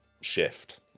shift